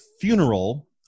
funeral